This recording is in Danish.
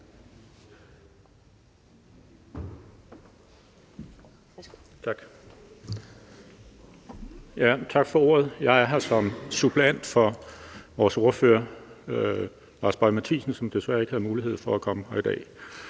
Tak for ordet. Jeg er her som suppleant for vores ordfører, Lars Boje Mathiesen, som desværre ikke havde mulighed for at komme i dag.